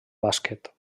bàsquet